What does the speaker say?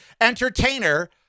entertainer